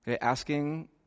asking